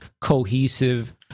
cohesive